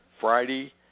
friday